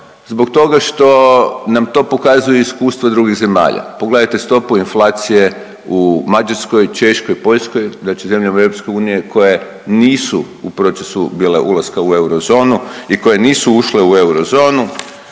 Zbog toga što nam to pokazuju iskustva drugih zemalja. Pogledajte stopu inflacije u Mađarskoj, Češkoj, Poljskoj, znači zemljama EU koje nisu u procesu bile ulaska u eurozonu i koje nisu ušle u eurozonu